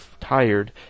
tired